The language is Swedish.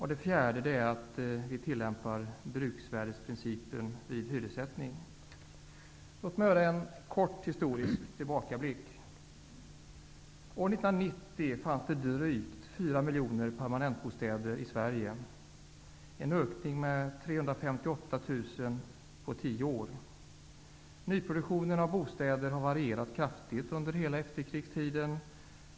Låt mig göra en kort historisk tillbakablick. År 1990 Sverige, innebärande en ökning med 358 000 på tio år. Nyproduktionen av bostäder har varierat kraftigt under hela efterkrigstiden.